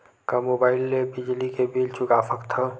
का मुबाइल ले बिजली के बिल चुका सकथव?